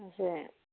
আছে